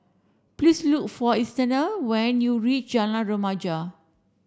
please look for Aretha when you reach Jalan Remaja